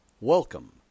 Welcome